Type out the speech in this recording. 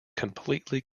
completely